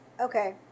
Okay